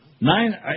Nine